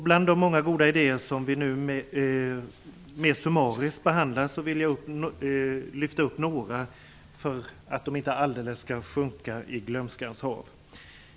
Bland de många goda idéer som vi nu mer summariskt behandlar vill jag lyfta upp några för att de inte alldeles skall sjunka i glömskans hav.